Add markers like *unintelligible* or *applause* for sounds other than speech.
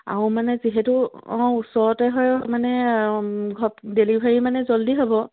আৰু মানে যিহেতু অঁ ওচৰতে হয় মানে *unintelligible* ডেলিভাৰী মানে জল্দি হ'ব